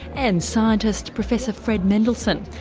and scientist professor fred mendelsohn,